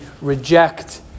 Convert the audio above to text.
reject